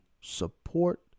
support